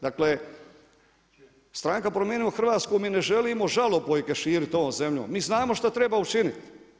Dakle stranka Promijenimo Hrvatsku mi ne želimo žalopojke širiti ovom zemljom, mi znamo što treba učiniti.